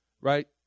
right